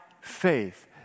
faith